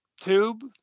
tube